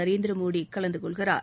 நரேந்திர மோடி கலந்து கொள்கிறார்